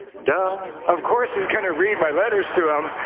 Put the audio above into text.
duh. of course he's gonna read my letters to him.